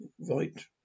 right